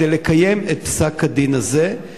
לקיים את פסק-הדין הזה,